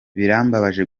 birambabaje